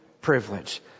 privilege